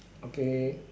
okay